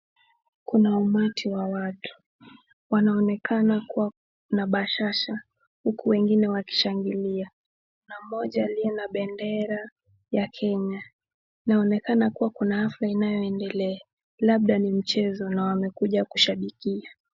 Kuna umati wa watu. Wanaonekana kuwa na bashasha, huku wengine wakishangilia. Kuna mmoja aliye na bendera ya Kenya. Kunaonekana kuwa kuna hafla inayoendelea, labda ni mchezo na wamekuja kushabikia.